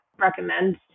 recommend